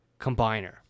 combiner